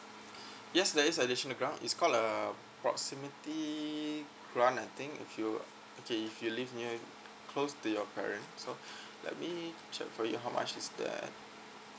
yes there is additional grant is called a proximity grant I think if you okay if you live near close to your parents so let me check for you how much is that